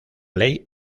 ley